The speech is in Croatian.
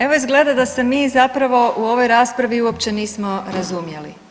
Evo izgleda da se mi zapravo u ovoj raspravi uopće nismo razumjeli.